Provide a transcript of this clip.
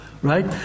Right